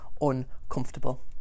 uncomfortable